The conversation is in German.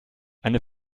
eine